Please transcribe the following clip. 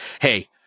hey